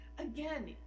Again